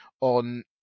on